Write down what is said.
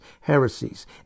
heresies